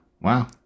wow